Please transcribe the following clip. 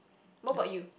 what about you